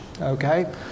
Okay